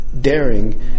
daring